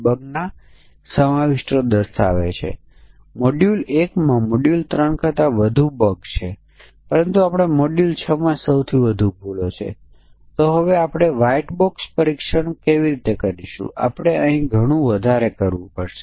નોંધ લો કે આ વિશેષ મૂલ્ય પરીક્ષણને ડિઝાઇન કરવાનું નથી આપણે black box test suite design કરવાનું છે